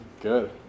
Good